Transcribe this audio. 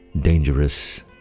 dangerous